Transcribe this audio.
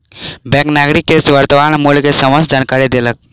bank नागरिक के वर्त्तमान मूल्य के समस्त जानकारी देलक